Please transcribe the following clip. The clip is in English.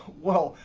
well,